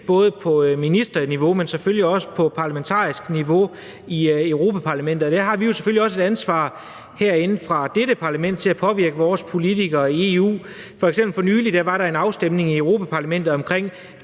både på ministerniveau, men selvfølgelig også på parlamentarisk niveau i Europa-Parlamentet, og der har vi jo også et ansvar herinde fra dette parlament for at påvirke vores politikere i EU. For nylig var der f.eks. en afstemning i Europa-Parlamentet omkring